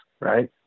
right